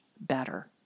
better